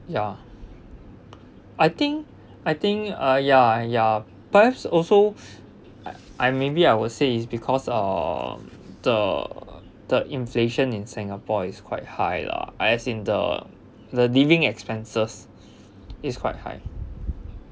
ya I think I think uh ya ya perhaps also I I'm maybe I will say it's because uh the the inflation in singapore is quite high lah as in the the living expenses is quite high